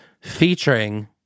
featuring